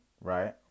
right